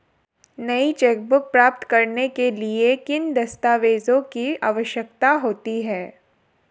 नई चेकबुक प्राप्त करने के लिए किन दस्तावेज़ों की आवश्यकता होती है?